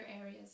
areas